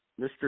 Mr